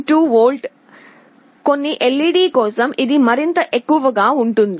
2 volt కొన్ని LED కోసం ఇది మరింత ఎక్కువగా ఉంటుంది